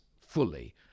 fully